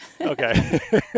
Okay